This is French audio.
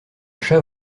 chat